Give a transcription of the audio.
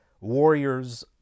warriors